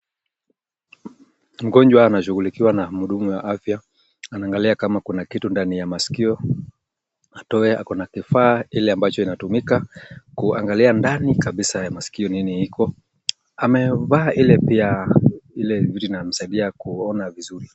Mgonjwa anashughulikiwa na mhudumu wa afya. Anaanglia kama kuna kitu ndani ya masikio atoe. Ako na kifaa ile ambacho inatumika kuangalia ndani kabisaa ya masikio nini iko. Amevaa ile pia vitu inamsaidia kuona vizuri.